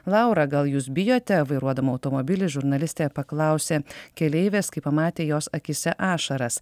laura gal jūs bijote vairuodama automobilį žurnalistė paklausė keleivės kai pamatė jos akyse ašaras